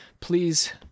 please